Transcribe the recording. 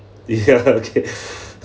okay